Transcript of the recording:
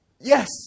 yes